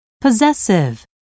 Possessive